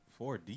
4D